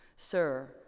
Sir